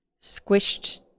squished